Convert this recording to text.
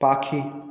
পাখি